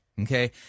okay